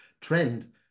trend